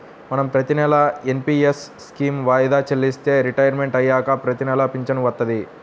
మనం ప్రతినెలా NPS scheme వాయిదా చెల్లిస్తే రిటైర్మంట్ అయ్యాక ప్రతినెలా పింఛను వత్తది